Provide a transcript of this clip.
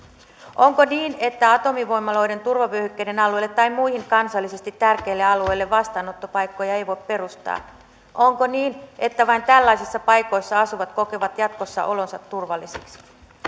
onko niin että atomivoimaloiden turvavyöhykkeiden alueille tai muihin kansallisesti tärkeille alueille vastaanottopaikkoja ei voi perustaa onko niin että vain tällaisissa paikoissa asuvat kokevat jatkossa olonsa turvallisiksi